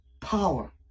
power